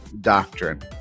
doctrine